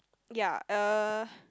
ya uh